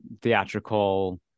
theatrical